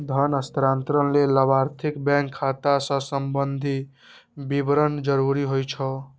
धन हस्तांतरण लेल लाभार्थीक बैंक खाता सं संबंधी विवरण जरूरी होइ छै